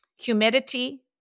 Humidity